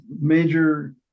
major